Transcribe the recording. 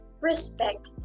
respect